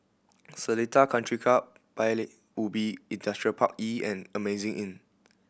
Seletar Country Club Paya Ubi Industrial Park E and Amazing Inn